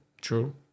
True